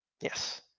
Yes